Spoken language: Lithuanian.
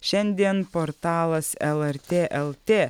šiandien portalas lrt lt